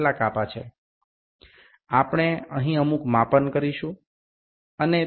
আমরা এখানে কিছু পরিমাপ করব এবং এটি আরও স্পষ্ট হয়ে উঠবে